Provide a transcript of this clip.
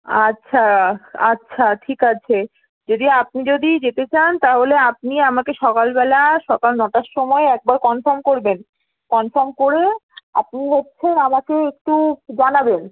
আচ্ছা আচ্ছা ঠিক আছে যদি আপনি যদি যেতে চান তাহলে আপনি আমাকে সকালবেলা সকাল নটার সময় একবার কনফার্ম করবেন কনফার্ম করে আপনি হচ্ছে আমাকে একটু জানাবেন